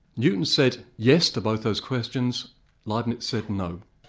newton said yes to both those questions leibniz said no.